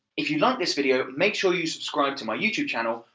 if you liked this video, make sure you subscribe to my youtube channel,